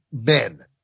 men